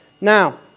Now